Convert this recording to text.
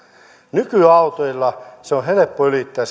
nykyautoilla se kymmenen viiva viisitoista kilometriä on helppo ylittää